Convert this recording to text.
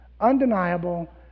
undeniable